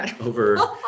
over